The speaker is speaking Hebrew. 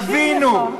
יבינו,